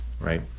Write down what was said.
right